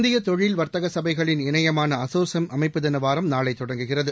இந்திய தொழில் வா்த்தக சபைகளின் இணையமான அசோசெம் அமைப்புதின வாரம் நாளை தொடங்குகிறது